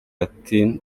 ati